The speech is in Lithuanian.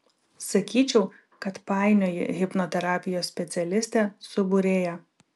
sakyčiau kad painioji hipnoterapijos specialistę su būrėja